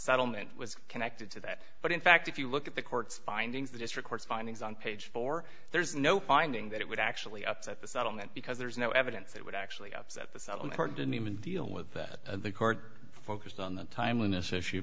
settlement was connected to that but in fact if you look at the court's findings the district court's findings on page four there's no finding that it would actually upset the settlement because there's no evidence that would actually upset the settlement or didn't even deal with that and the court focused on the timeliness issue